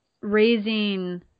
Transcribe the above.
raising